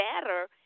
better